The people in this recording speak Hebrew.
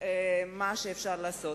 מה אפשר לעשות.